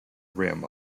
rim